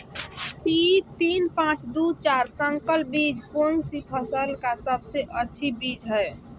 P तीन पांच दू चार संकर बीज कौन सी फसल का सबसे अच्छी बीज है?